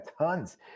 tons